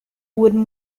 wurden